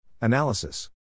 Analysis